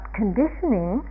conditioning